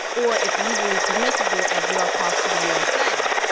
or if legally permissible, at zero cost to the usa.